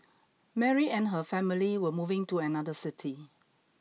Mary and her family were moving to another city